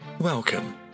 Welcome